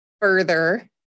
further